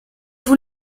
vous